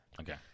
Okay